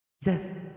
yes